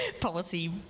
policy